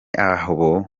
aho